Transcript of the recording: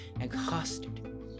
exhausted